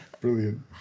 Brilliant